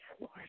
Lord